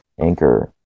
Anchor